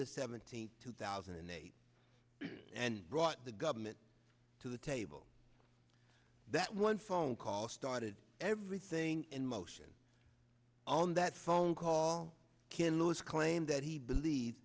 the seventeenth two thousand and eight and brought the government to the table that one phone call started everything in motion on that phone call ken lewis claimed that he believed